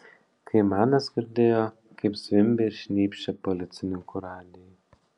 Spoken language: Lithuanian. kaimanas girdėjo kaip zvimbia ir šnypščia policininkų radijai